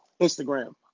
Instagram